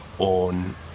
on